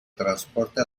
transporte